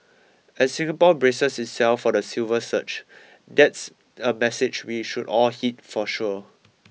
as Singapore braces itself for the silver surge that's a message we should all heed for sure